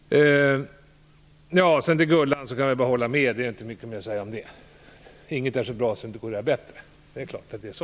Gullan Lindblad kan jag bara hålla med. Det är inte mycket mer att säga om det. Inget är så bra att det inte går att göra bättre. Det är klart att det är så.